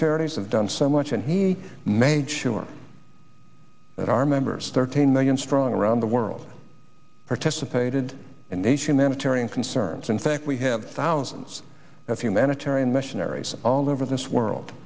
charities have done so much and he made sure that our members thirteen million strong around the world participated in a humanitarian concerns in fact we have thousands of humanitarian missionaries all over this world